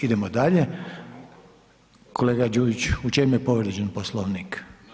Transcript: Idemo dalje, kolega Đujić, u čemu je povrijeđen Poslovnik?